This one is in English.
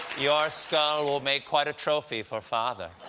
your skull will make quite a trophy for father.